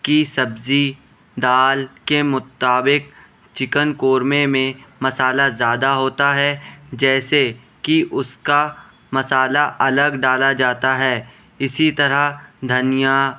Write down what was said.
کہ سبزی دال کے مطابق چکن قورمے میں مصالح زیادہ ہوتا ہے جیسے کہ اس کا مصالح الگ ڈالا جاتا ہے اسی طرح دھنیا